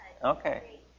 Okay